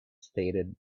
stated